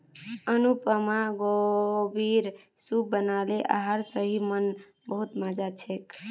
अनुपमा गोभीर सूप बनाले आर सही म न बहुत मजा छेक